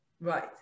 Right